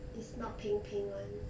it's not 平平 [one]